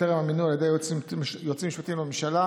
טרם המינוי על ידי היועצים המשפטיים לממשלה.